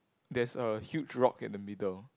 there's a huge rock in the middle